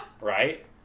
right